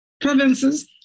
provinces